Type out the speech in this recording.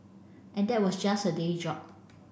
and that was just her day job